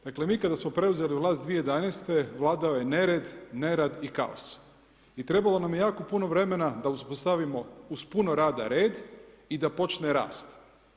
Dakle, mi kada smo preuzeli vlast 2011. vladao je nered, nerad i kaos i trebalo nam je jako puno vremena da uspostavimo uz puno rada red i da počne rasti.